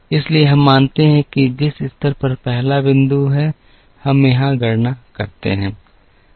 इसलिए हम मानते हैं कि जिस स्तर पर पहला बिंदु है हम यहां गणना करते हैं